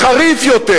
החריף יותר,